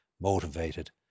motivated